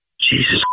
Jesus